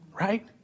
right